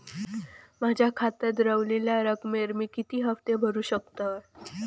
माझ्या खात्यात रव्हलेल्या रकमेवर मी किती हफ्ते भरू शकतय?